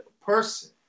person